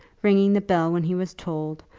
ringing the bell when he was told,